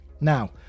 now